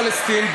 פלסטין.